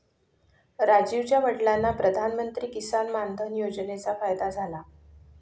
राजीवच्या वडिलांना प्रधानमंत्री किसान मान धन योजनेचा फायदा झाला